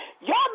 y'all